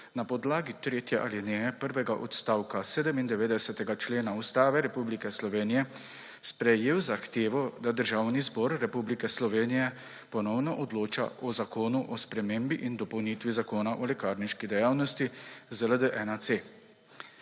na podlagi 3. alineje prvega odstavka 97. člena Ustave Republike Slovenije sprejel zahtevo, da Državni zbor Republike Slovenije ponovno odloča o Zakonu o spremembi in dopolnitvi Zakona o lekarniški dejavnosti ZLD-1C.